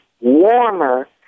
warmer